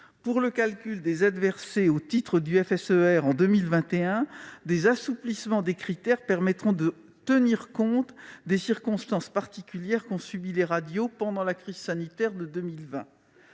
pour le calcul des aides versées au titre du FSER en 2021, un assouplissement des critères permettra de tenir compte des circonstances particulières qu'ont subies les radios pendant la crise sanitaire de 2020.